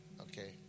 okay